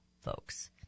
folks